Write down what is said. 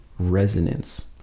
resonance